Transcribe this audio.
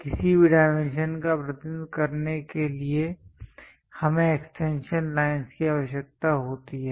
किसी भी डायमेंशन का प्रतिनिधित्व करने के लिए हमें एक्सटेंशन लाइनस् की आवश्यकता होती है